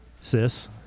sis